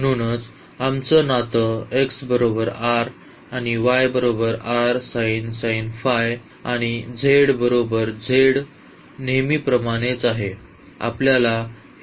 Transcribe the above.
म्हणून आमच नातं आणि आणि z z नेहमीप्रमाणेच आहे